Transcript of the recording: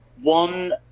One